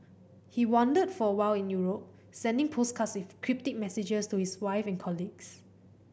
he wandered for a while in Europe sending postcards with cryptic messages to his wife and colleagues